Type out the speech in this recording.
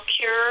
cure